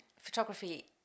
Photography